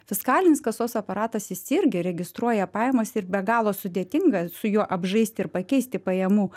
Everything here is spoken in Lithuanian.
fiskalinis kasos aparatas jis irgi registruoja pajamas ir be galo sudėtinga su juo apžaisti ir pakeisti pajamų